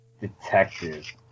Detective